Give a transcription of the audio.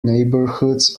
neighborhoods